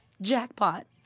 jackpot